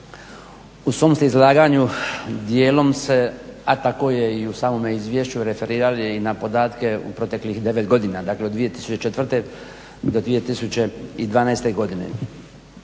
u svom ste izlaganju dijelom se, a tako je i u samome izvješću referirali na podatke u proteklih 9 godina, dakle od 2004.-2012. godine